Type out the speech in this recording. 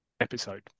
episode